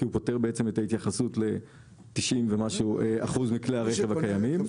כי הוא פותר את ההתייחסות ל-90% ומשהו מכלי הרכב הקיימים,